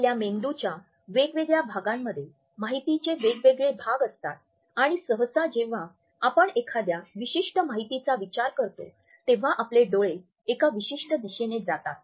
आपल्या मेंदूच्या वेगवेगळ्या भागांमध्ये माहितीचे वेगवेगळे भाग असतात आणि सहसा जेव्हा आपण एखाद्या विशिष्ट्य माहितीचा विचार करतो तेव्हा आपले डोळे एका विशिष्ट दिशेने जातात